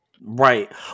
Right